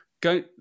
go